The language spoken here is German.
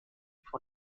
von